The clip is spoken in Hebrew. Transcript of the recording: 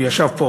הוא ישב פה